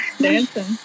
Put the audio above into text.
dancing